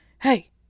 hey